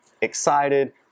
excited